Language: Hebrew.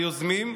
היוזמים,